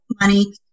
money